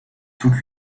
toute